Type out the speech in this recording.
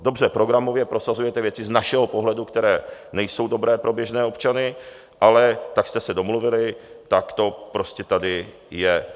Dobře, programově prosazujete věci, které z našeho pohledu nejsou dobré pro běžné občany, ale tak jste se domluvili, tak to prostě tady je.